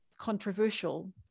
controversial